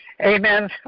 Amen